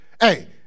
hey